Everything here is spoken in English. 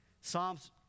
Psalms